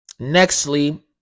Nextly